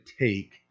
take